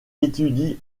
étudient